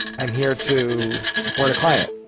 i'm here to support a client